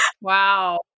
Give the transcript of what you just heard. Wow